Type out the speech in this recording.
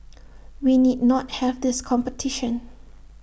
we need not have this competition